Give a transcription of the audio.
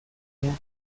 behar